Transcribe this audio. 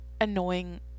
annoying